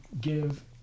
give